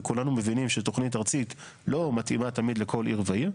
וכולנו מבינים שתוכנית ארצית לא מתאימה תמיד לכל עיר ועיר.